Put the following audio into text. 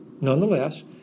nonetheless